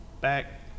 back